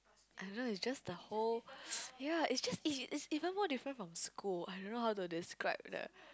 I don't know its just the whole ya its just is is is even more different from school I don't know how to describe the